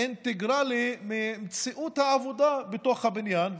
אינטגרלי ממציאות העבודה בתוך הבניין?